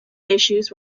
issues